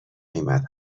قیمت